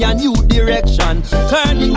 ah new direction turn